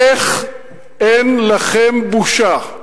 איך אין לכם בושה?